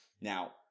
Now